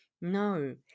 No